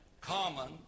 Common